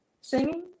singing